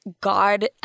God